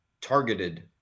targeted